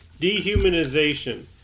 dehumanization